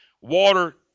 Water